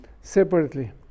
separately